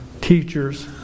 teachers